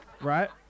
right